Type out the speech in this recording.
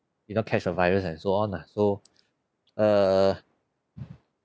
didn't catch the virus and so on lah so err